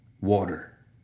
Water